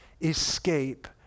escape